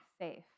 safe